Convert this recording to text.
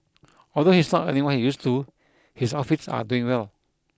although he is not earning what he used to his outfits are doing well